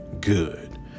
good